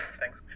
thanks